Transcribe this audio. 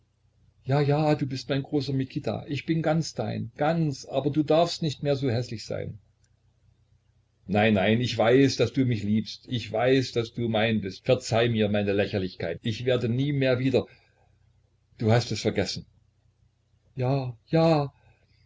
ja ja du bist mein großer mikita ich bin ganz dein ganz aber du darfst nicht mehr so häßlich sein nein nein ich weiß daß du mich liebst ich weiß daß du mein bist verzeih mir meine lächerlichkeit ich werde nie mehr wieder du hast es vergessen ja ja